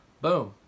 Boom